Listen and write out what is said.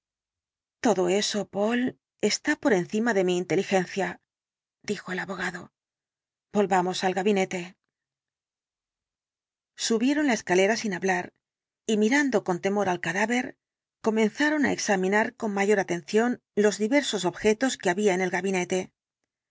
todo eso poole está por encima de mi inteligencia dijo el abogado volvamos al gabinete subieron la escalera sin hablar y miranla ultima noche do con temor al cadáver comenzaron á examinar con mayor atención los diversos objetos que había en el gabinete